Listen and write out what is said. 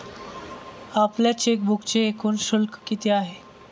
आपल्या चेकबुकचे एकूण शुल्क किती आहे?